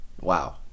Wow